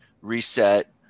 reset